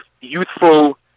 youthful